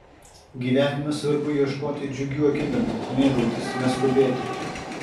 gyvenime svarbu ieškoti džiugių akimirkų mėgautis neskubėti